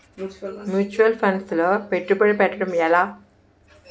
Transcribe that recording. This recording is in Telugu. ముచ్యువల్ ఫండ్స్ లో పెట్టుబడి పెట్టడం ఎలా?